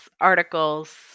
articles